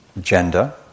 gender